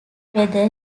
whether